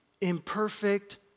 imperfect